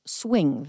swing